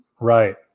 Right